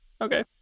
Okay